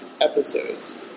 episodes